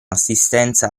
assistenza